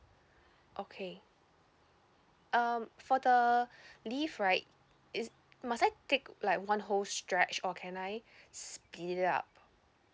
okay um for the leave right is must I take like one whole stretch or can I split it up